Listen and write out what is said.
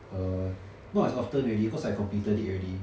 err not as often already cause I completed it already